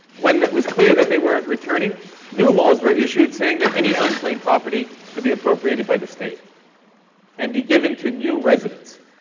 when it was clear that they weren't returning new laws were issued saying that any unclaimed property could be appropriated by the state and be given to new residents.